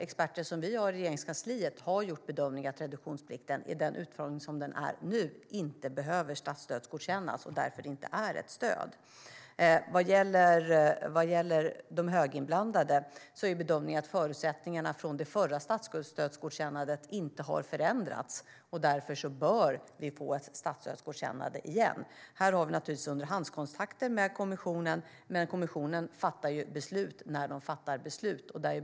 Regeringskansliets experter har gjort bedömningen att reduktionsplikten, som den är utformad nu, inte behöver statsstödsgodkännas och därför inte är ett stöd. Vad gäller de höginblandade bränslena är bedömningen att förutsättningarna från det förra statsstödsgodkännandet inte har förändrats. Därför bör vi få ett statsstödsgodkännande igen. Här har vi naturligtvis underhandskontakter med kommissionen. Men kommissionen fattar beslut när man fattar beslut.